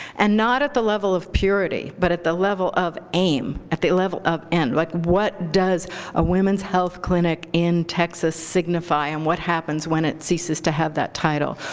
and not at the level of purity, but at the level of aim, at the level of end, like what does a women's health clinic in texas signify, and what happens when it ceases to have that title?